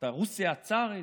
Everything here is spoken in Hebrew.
הייתה רוסיה הצארית.